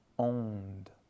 Owned